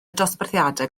dosbarthiadau